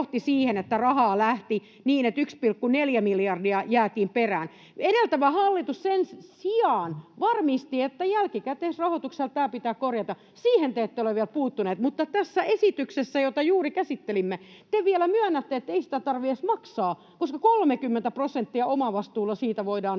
siihen, että rahaa lähti niin, että 1,4 miljardia jäätiin perään? Edeltävä hallitus sen sijaan varmisti, että jälkikäteisrahoituksella tämä pitää korjata. Siihen te ette ole vielä puuttuneet. Mutta tässä esityksessä, jota juuri käsittelimme, te vielä myönnätte, että ei sitä tarvitse edes maksaa, koska 30 prosenttia omavastuulla siitä voidaan